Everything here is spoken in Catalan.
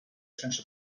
sense